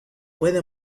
puede